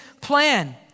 plan